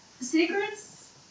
secrets